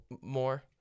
More